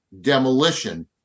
demolition